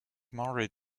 married